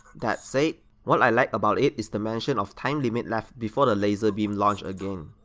that said, what i like about it is the mentioned of time limit left before the laser beam launch again.